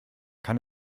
kann